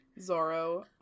Zoro